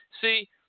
See